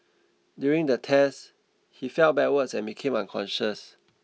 during the test he fell backwards and became unconscious